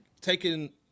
taking